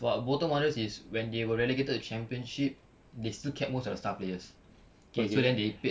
but bolton wanderers is when they were relegated with championship they still kept most of the star players okay so then they paid